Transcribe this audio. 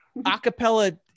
acapella